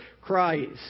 Christ